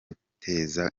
uteza